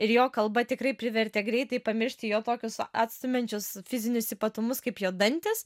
ir jo kalba tikrai privertė greitai pamiršti jo tokius atstumiančius fizinius ypatumus kaip jo dantys